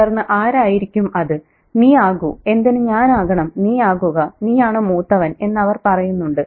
തുടർന്ന് ആരായിരിക്കും അത് നീ ആകൂ എന്തിനു ഞാൻ ആകണം നീ ആകുക നീയാണ് മൂത്തവൻ എന്ന് അവർ പറയുന്നുണ്ട്